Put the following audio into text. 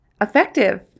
effective